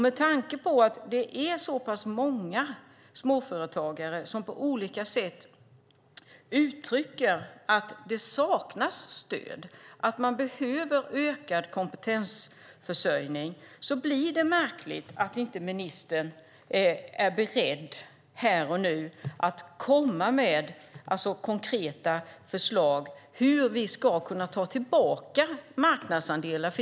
Med tanke på att det är så många småföretagare som på olika sätt uttrycker att det saknas stöd och att de behöver ökad kompetensförsörjning blir det märkligt att ministern inte är beredd här och nu att komma med konkreta förslag på hur vi ska kunna ta tillbaka marknadsandelar.